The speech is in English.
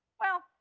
well,